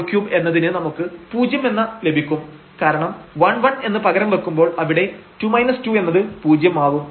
2x 2yxy3 എന്നതിന് നമുക്ക് പൂജ്യം എന്ന ലഭിക്കും കാരണം 11 എന്ന് പകരം വെക്കുമ്പോൾ അവിടെ 2 2 എന്നത് പൂജ്യം ആവും